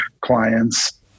clients